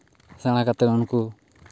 ᱥᱮᱬᱟ ᱠᱟᱛᱮᱫ ᱩᱱᱠᱩ